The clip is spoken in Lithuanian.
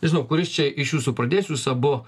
nežinau kuris čia iš jūsų pradės jūs abu